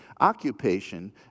occupation